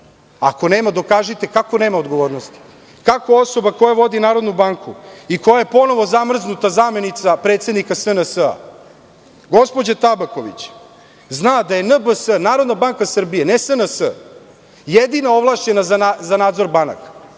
Ako nema, dokažite kako nema odgovornosti. Kako osoba koja vodi Narodnu banku i koja je ponovo zamrznuta zamenica predsednika SNS, gospođa Tabaković, zna da je NBS, Narodna banka Srbije, ne SNS, jedina ovlašćena za nadzor banaka?